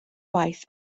waith